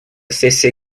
сессия